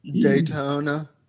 Daytona